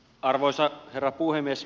arvoisa herra puhemies